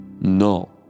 No